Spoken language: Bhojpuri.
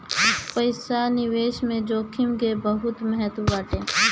पईसा निवेश में जोखिम के बहुते महत्व बाटे